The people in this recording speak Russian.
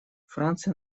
франция